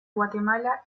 guatemala